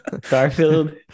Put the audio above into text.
Garfield